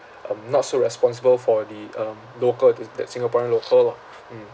um not so responsible for the um local this that singaporean local lah mm